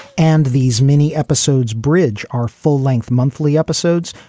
and these mini episodes, bridge are full length monthly episodes.